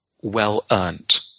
well-earned